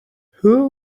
who